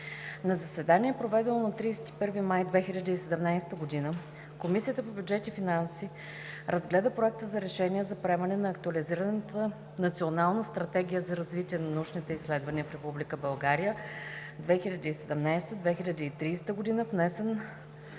На заседание, проведено на 31 май 2017 г., Комисията по бюджет и финанси разгледа Проекта за решение за приемане на актуализирана Национална стратегия за развитие на научните изследвания в Република България 2017 – 2030 г., внесен